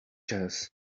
jazz